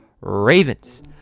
ravens